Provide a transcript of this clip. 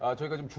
ah dragon?